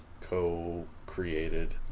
co-created